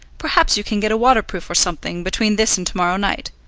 perhaps you can get a waterproof or something, between this and to-morrow night.